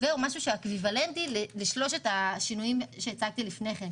זה משהו שהוא אקוויוולנטי לשלושת השינויים שהצגתי לפני כן.